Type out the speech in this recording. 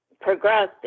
progressed